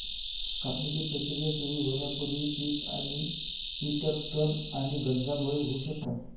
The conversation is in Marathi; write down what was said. कापणीची प्रक्रिया सुरू होण्यापूर्वी पीक आणि कीटक तण आणि गंजांमुळे होऊ शकतात